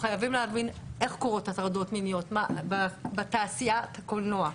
חייבים להבין איך קורות הטרדות מיניות בתעשיית הקולנוע.